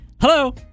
hello